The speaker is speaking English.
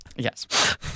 Yes